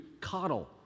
coddle